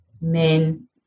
men